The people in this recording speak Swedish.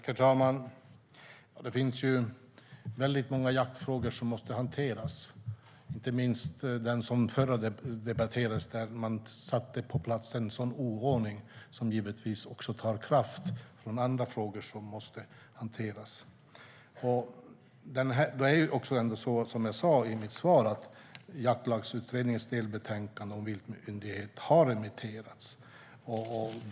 Herr talman! Det finns väldigt många jaktfrågor som måste hanteras, inte minst den som den förra debatten handlade om. Där satte man på plats en oordning som givetvis också tar kraft från andra frågor som måste hanteras. Som jag sa i mitt interpellationssvar har Jaktlagsutredningens delbetänkande om en viltmyndighet remitterats.